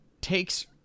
takes